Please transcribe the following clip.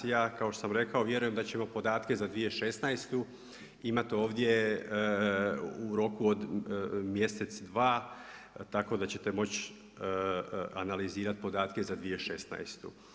Ja kao što sam rekao vjerujem da ćemo podatke za 2016. imat ovdje u roku od mjesec, dva tako da ćete moći analizirati podatke za 2016.